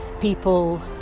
people